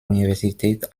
universität